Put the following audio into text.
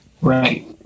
Right